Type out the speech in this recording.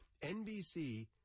NBC